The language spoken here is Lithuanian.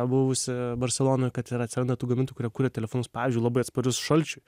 buvusi barselonoj kad ir atsiranda tų gamintojų kurie kuria telefonus pavyzdžiui labai atsparius šalčiui